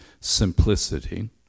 simplicity